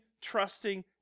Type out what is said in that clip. trusting